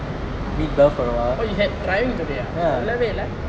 oh you had driving today ah சொல்லவே இல்ல:sollave illa